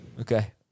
Okay